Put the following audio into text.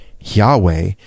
Yahweh